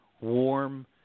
warm